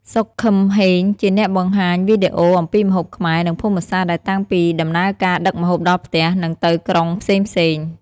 សុខ ខឹមហេង ជាអ្នកបង្ហាញវីដេអូអំពីម្ហូបខ្មែរ និងភូមិសាស្ត្រដែលតាំងពីដំណើរការដឹកម្ហូបដល់ផ្ទះ និងទៅក្រុងផ្សេងៗ។